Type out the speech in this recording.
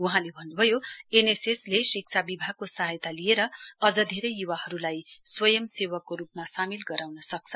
वहाँले भन्न्भयो एनएसएस ले शिक्षा विभागको सहायता लिएर अझ धेरै य्वाहरूलाई स्वयंसेवकको रूपमा सामेल गराउन सक्छ